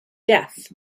death